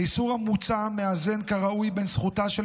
האיסור המוצע מאזן כראוי בין זכותה של